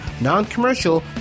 Non-Commercial